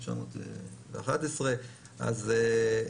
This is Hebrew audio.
911. שוב,